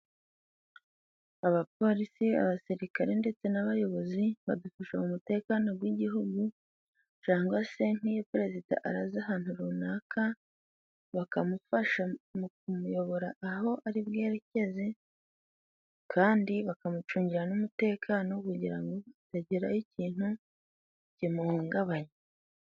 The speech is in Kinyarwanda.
Abapolisi, abasirikare ndetse n'abayobozi badufasha mu mutekano w'igihugu, cangwa se nk'iyo perezida araza ahantu runaka bakamufasha mu kumuyobora aho ari bwerekeze, kandi bakamucungira n'umutekano kugira ngo atagiraho ikintu kmuhungabanya.